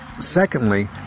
Secondly